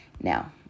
now